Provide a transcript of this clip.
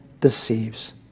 deceives